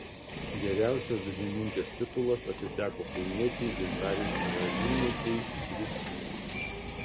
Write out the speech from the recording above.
geriausios dainininkės titulas atiteko kaunietei gintarei karaliūnaitei brizgienei